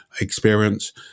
experience